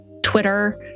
Twitter